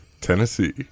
Tennessee